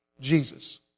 Jesus